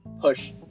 push